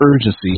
urgency